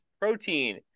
protein